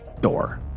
door